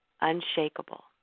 unshakable